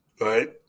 right